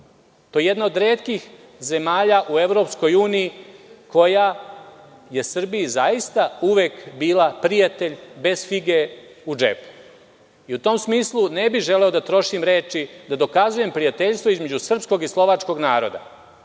To je jedna od retkih zemalja u EU koja je Srbiji zaista uvek bila prijatelj bez fige u džepu. U tom smislu, ne bih želeo da trošim reči da dokazujem prijateljstvo između srpskog i slovačkog naroda.